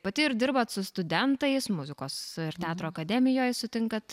pati ir dirbat su studentais muzikos ir teatro akademijoj sutinkat